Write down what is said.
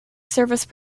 service